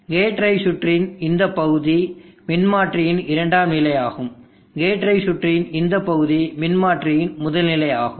gate drive சுற்றின் இந்த பகுதி மின்மாற்றியின் இரண்டாம் நிலை ஆகும் கேட் டிரைவ் சுற்றின் இந்த பகுதி மின்மாற்றியின் முதல் நிலை ஆகும்